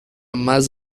más